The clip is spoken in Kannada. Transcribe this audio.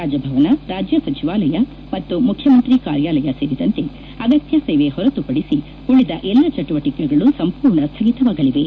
ರಾಜಭವನ ರಾಜ್ಯ ಸಚಿವಾಲಯ ಮತ್ತು ಮುಖ್ಯಮಂತ್ರಿ ಕಾರ್ಯಾಲಯ ಸೇರಿದಂತೆ ಅಗತ್ಯ ಸೇವೆ ಹೊರತು ಪಡಿಸಿ ಉಳಿದ ಎಲ್ಲ ಚಟುವಟಿಕೆಗಳು ಸಂಪೂರ್ಣ ಸ್ಥಗಿತವಾಗಲಿವೆ